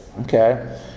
okay